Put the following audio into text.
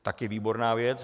Také výborná věc.